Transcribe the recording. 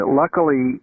luckily